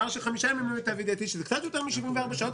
שזה קצת יותר מ-74 שעות,